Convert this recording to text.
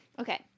Okay